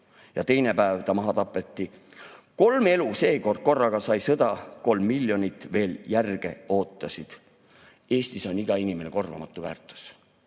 Ja teine päev ta maha tapeti / Kolm elu seekord korraga sai sõda / Kolm miljonit veel järge ootasid."Eestis on iga inimene korvamatu väärtus.